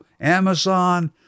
Amazon